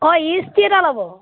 অঁ ইষ্ট্ৰি এটা ল'ব